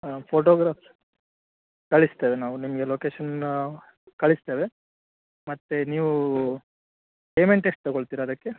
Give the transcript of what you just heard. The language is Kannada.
ಹಾಂ ಫೋಟೋಗ್ರಾಪ್ ಕಳಿಸ್ತೇವೆ ನಾವು ನಿಮಗೆ ಲೊಕೇಶನ್ ಕಳಿಸ್ತೇವೆ ಮತ್ತು ನೀವು ಪೇಮೆಂಟ್ ಎಷ್ಟು ತಗೋಳ್ತೀರ ಅದಕ್ಕೆ